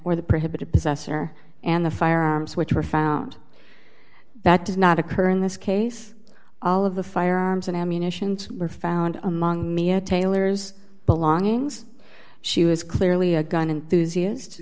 or the prohibited possessor and the firearms which were found that does not occur in this case all of the firearms and ammunition were found among mia taylor's belongings she was clearly a gun enthusiast